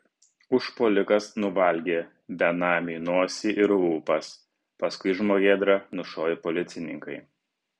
užpuolikas nuvalgė benamiui nosį ir lūpas paskui žmogėdrą nušovė policininkai